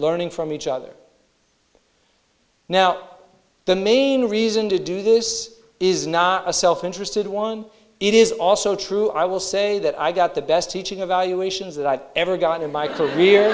learning from each other now the main reason to do this is not a self interested one it is also true i will say that i got the best teaching of valuations that i ever got in my career